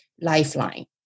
lifeline